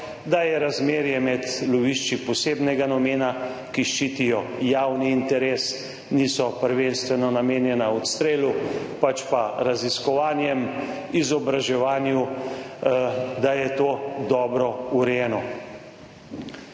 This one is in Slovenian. da razmerje med lovišči posebnega namena, ki ščitijo javni interes, niso prvenstveno namenjena odstrelu, pač pa raziskovanjem, izobraževanju, da je to dobro urejeno.